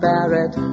Barrett